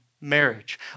marriage